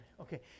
Okay